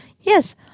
Yes